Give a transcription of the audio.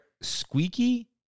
squeaky